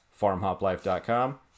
farmhoplife.com